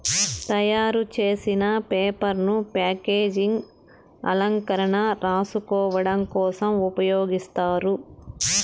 తయారు చేసిన పేపర్ ను ప్యాకేజింగ్, అలంకరణ, రాసుకోడం కోసం ఉపయోగిస్తారు